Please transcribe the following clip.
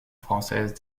française